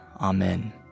Amen